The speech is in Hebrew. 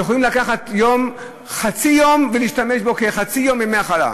הם יכולים לקחת חצי יום ולהשתמש בו כחצי יום מחלה,